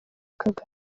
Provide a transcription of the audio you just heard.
kagame